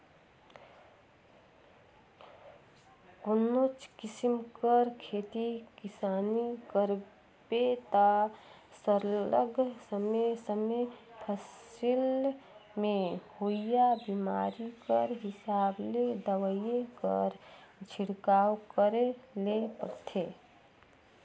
कोनोच किसिम कर खेती किसानी करबे ता सरलग समे समे फसिल में होवइया बेमारी कर हिसाब ले दवई कर छिड़काव करे ले परथे